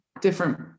different